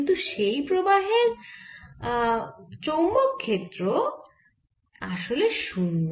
কিন্তু সেই প্রবাহের অবদান চৌম্বক ক্ষেত্রে আসলে শূন্য